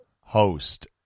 host